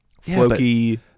Floki